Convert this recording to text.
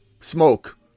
smoke